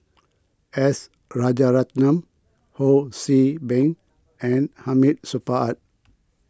S Rajaratnam Ho See Beng and Hamid Supaat